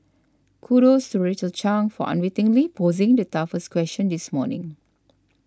kudos to Rachel Chang for unwittingly posing the toughest question this morning